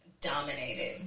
dominated